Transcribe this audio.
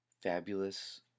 fabulous